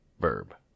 verb